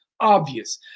obvious